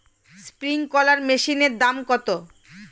Sprinkler মেশিনের দাম কত?